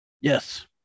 Yes